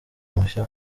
mushya